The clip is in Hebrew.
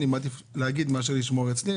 אני מעדיף להגיד מאשר לשמור אצלי,